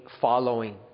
following